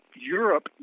Europe